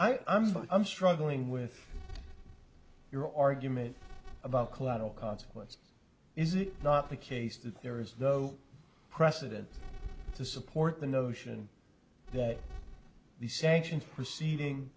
what i'm i'm struggling with your argument about collateral consequences is it not the case that there is though precedent to support the notion that the sanction proceeding